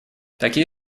такие